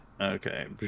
Okay